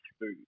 food